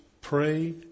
pray